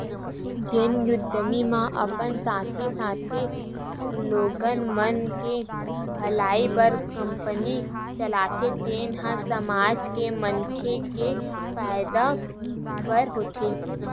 जेन उद्यमी ह अपन साथे साथे लोगन मन के भलई बर कंपनी चलाथे तेन ह समाज के मनखे के फायदा बर होथे